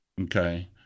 okay